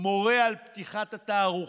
אני מורה על פתיחת התערוכות.